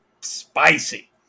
spicy